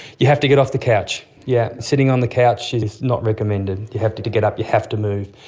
you have to get off the couch, yes, yeah sitting on the couch is not recommended, you have to to get up, you have to move.